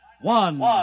one